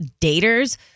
daters